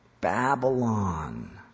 Babylon